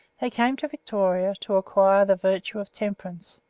they came to victoria to acquire the virtue of temperance,